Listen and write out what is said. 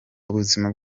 ubuzima